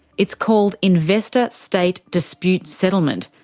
it's called investor state dispute settlement,